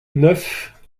neuf